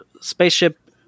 spaceship